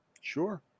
Sure